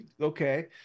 Okay